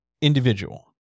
individual